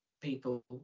people